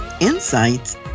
insights